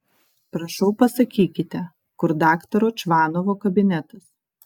prašau pasakykite kur daktaro čvanovo kabinetas